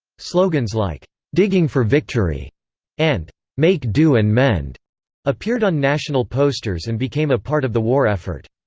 slogans like digging for victory and make do and mend appeared on national posters and became a part of the war effort.